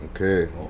okay